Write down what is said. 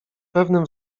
pewnym